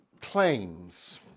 claims